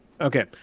okay